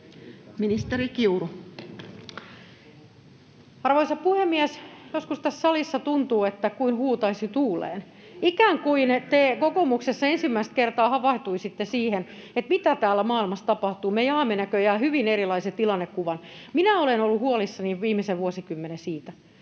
Ministeri Kiuru. Arvoisa puhemies! Joskus tässä salissa tuntuu siltä kuin huutaisi tuuleen. Ikään kuin te kokoomuksessa ensimmäistä kertaa havahtuisitte siihen, mitä täällä maailmassa tapahtuu — me jaamme näköjään hyvin erilaisen tilannekuvan. Minä olen ollut huolissani viimeisen vuosikymmenen siitä,